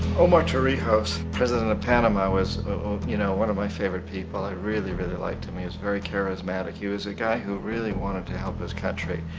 omar torrijos, the president of panama, was you know one of my favorite people. i really really liked him. he was very charasmatic. he was a guy who really wanted to help his country.